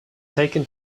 taken